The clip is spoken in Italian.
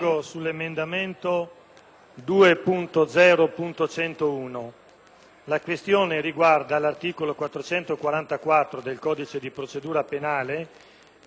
fa riferimento all'articolo 444 del codice di procedura penale che concerne, in particolare, il patteggiamento della pena.